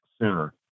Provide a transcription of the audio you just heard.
sooner